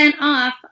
off